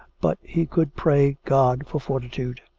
but he could pray god for fortitude.